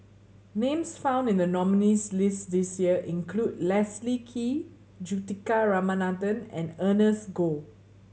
names found in the nominees' list this year include Leslie Kee Juthika Ramanathan and Ernest Goh